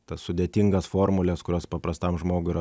tas sudėtingas formules kurios paprastam žmogui yra